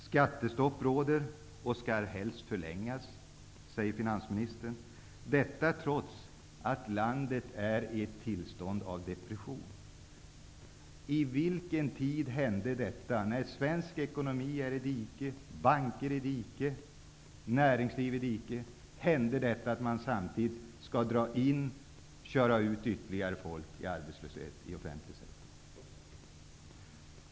Skattestopp råder och skall helst förlängas, säger finansministern -- detta trots att landet är i ett tillstånd av depression. När har det tidigare hänt att svensk ekonomi, inkl. banker och näringsliv, har legat i diket, samtidigt som man skall dra in folk inom den offentliga sektorn och köra ut dem i arbetslöshet?